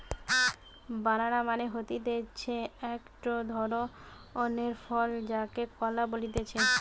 বানানা মানে হতিছে একটো ধরণের ফল যাকে কলা বলতিছে